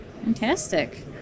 Fantastic